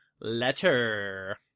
Letter